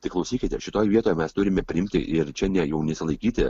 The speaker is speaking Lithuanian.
tai klausykite šitoj vietoje mes turime priimti ir čia ne jau nesilaikyti